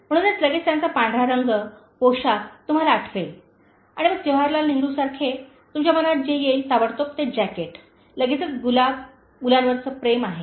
म्हणून लगेचच त्यांचा पांढरा रंग पोशाख तुम्हाला आठवेल आणि मग जवाहरलाल नेहरूसारखे तुमच्या मनात जे येईल ताबडतोब ते जॅकेट लगेच गुलाब मुलांवरचे प्रेम आहे